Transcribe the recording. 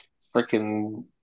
freaking